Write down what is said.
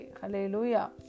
Hallelujah